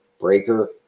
Breaker